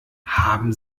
haben